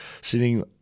sitting